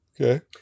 Okay